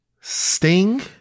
Sting